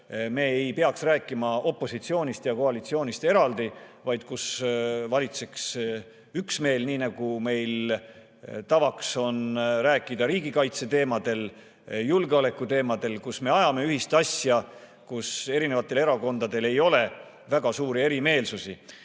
me ei peaks rääkima opositsioonist ja koalitsioonist eraldi, vaid kus valitseks üksmeel, nii nagu meil tavaks on rääkida riigikaitse teemadel, julgeoleku teemadel, kus me ajame ühist asja, kus erinevatel erakondadel ei ole väga suuri erimeelsusi.